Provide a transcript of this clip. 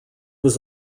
was